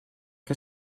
que